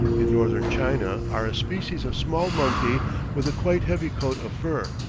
in northern china are a species of small monkey with a quite heavy coat of fur.